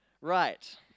Right